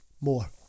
more